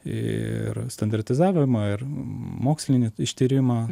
ir standartizavimą ir mokslinį ištyrimą